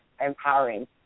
empowering